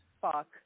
Fuck